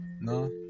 No